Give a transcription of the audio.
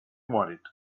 wanted